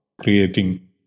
creating